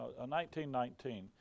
1919